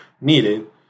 Needed